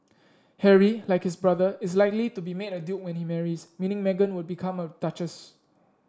Harry like his brother is likely to be made a duke when he marries meaning Meghan would become a duchess